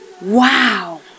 wow